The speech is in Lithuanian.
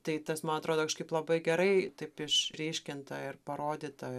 tai tas man atrodo kažkaip labai gerai taip išryškinta ir parodyta